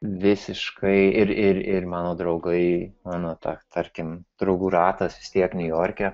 visiškai ir ir ir mano draugai mano ta tarkim draugų ratas vis tiek niujorke